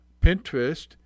Pinterest